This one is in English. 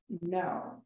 No